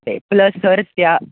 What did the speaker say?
plus sir त्या